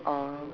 okay